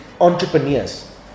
entrepreneurs